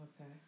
Okay